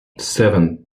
seven